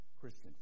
Christian